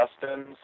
Justin's